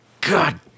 God